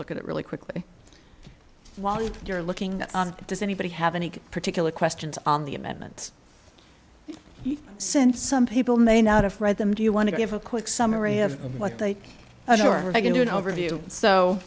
look at it really quickly while you're looking at it does anybody have any particular questions on the amendments since some people may not have read them do you want to give a quick summary of what they were going to an overview so